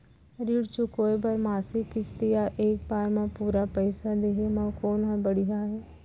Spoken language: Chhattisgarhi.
ऋण चुकोय बर मासिक किस्ती या एक बार म पूरा पइसा देहे म कोन ह बढ़िया हे?